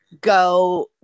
go